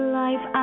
life